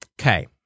Okay